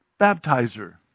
baptizer